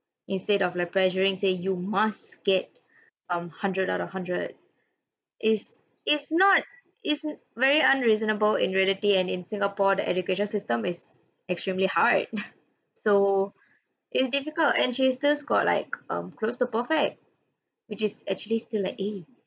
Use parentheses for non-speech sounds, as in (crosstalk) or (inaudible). instead of like pressuring saying you must get um hundred out of hundred it's it's not it's very unreasonable in reality and in singapore the education system is extremely hard (laughs) so it's difficult and she's still scored like um closed to perfect which is actually still like eh